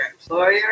employer